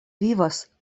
vivas